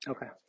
Okay